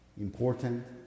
important